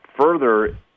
further